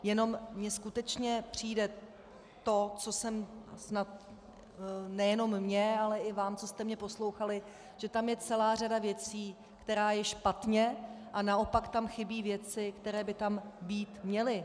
Jenom mi skutečně přijde to, co jsem snad nejenom mě, ale i vám, co jste mě poslouchali, že tam je celá řada věcí, která je špatně, a naopak tam chybí věci, které by tam být měly.